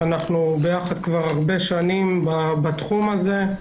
אנחנו ביחד כבר שנים רבות בתחום הזה.